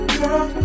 girl